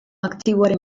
aktiboaren